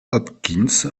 hopkins